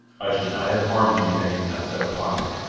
i should not have harmed you had you not set upon me.